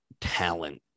talent